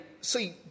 see